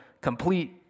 complete